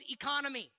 economy